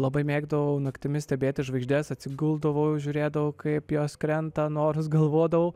labai mėgdavau naktimis stebėti žvaigždes atsiguldavau žiūrėdavau kaip jos krenta norus galvodavau